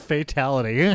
Fatality